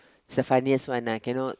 he's the funniest one ah cannot